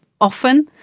often